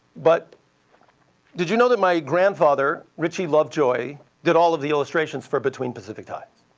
but did you know that my grandfather, richie lovejoy, did all of the illustrations for between pacific tides